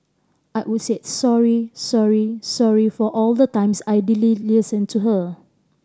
I would say sorry sorry sorry for all the times I did listen to her